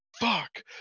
fuck